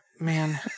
Man